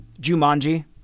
Jumanji